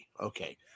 Okay